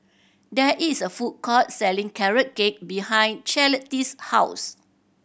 there is a food court selling Carrot Cake behind Charlottie's house